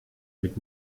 mit